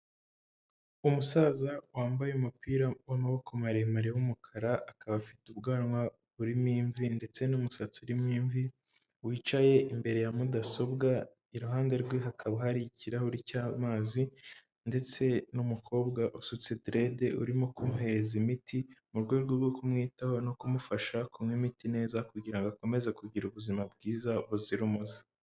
Umusaza wambaye umupira w'amaboko maremare w'umukara, akaba afite ubwanwa burimo imvi ndetse n'umusatsi urimo imvi, wicaye imbere ya mudasobwa, iruhande rwe hakaba hari ikirahure cy'amazi ndetse n'umukobwa usutse direde, urimo kumuhereza imiti, mu rwego rwo kumwitaho no kumufasha kunywa imiti neza kugira ngo akomeze kugira ubuzima bwiza, buzira umuze.